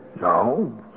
No